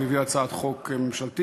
הוא הביא הצעת חוק ממשלתית,